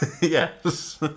Yes